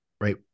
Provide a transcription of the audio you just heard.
right